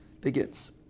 begins